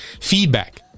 feedback